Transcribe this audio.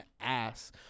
ass